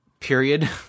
period